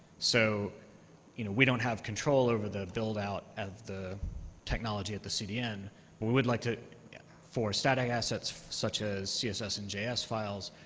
so you know we don't have control over the buildout of the technology at the cdn, but we would like to yeah for static assets such as css and js files,